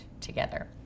together